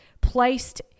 placed